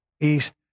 east